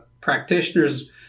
practitioners